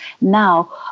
Now